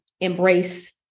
embrace